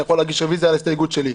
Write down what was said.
אני יכול להגיש רוויזיה על ההסתייגות שלי.